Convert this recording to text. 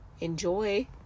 enjoy